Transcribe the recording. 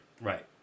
Right